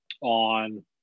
on